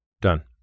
Done